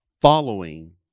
following